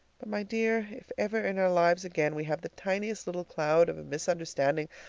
my dear, if ever in our lives again we have the tiniest little cloud of a misunderstanding,